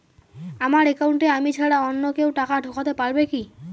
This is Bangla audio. আমার একাউন্টে আমি ছাড়া অন্য কেউ টাকা ঢোকাতে পারবে কি?